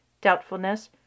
doubtfulness